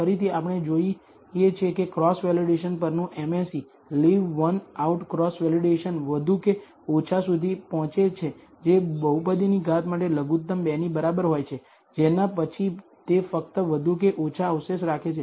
ફરીથી આપણે જોઈએ છીએ કે ક્રોસ વેલિડેશન પરનું MSE leave one out cross validation વધુ કે ઓછા સુધી પહોંચે છે બહુપદીની ઘાત માટે લઘુત્તમ 2 ની બરાબર હોય છે જેના પછી તે ફક્ત વધુ કે ઓછા અવશેષ રાખે છે